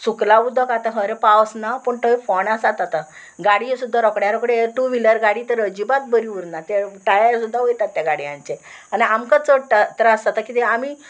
सुकलां उदक आतां खरें पावस ना पूण थंय फोंड आसात आतां गाडये सुद्दां रोकड्या रोखडे टू व्हिलर गाडी तर अजिबात बरी उरना तें टायर सुद्दां वयतात त्या गाडयांचेर आनी आमकां चड ता त्रास जाता किदें आमी